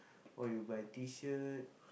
or you buy T-shirt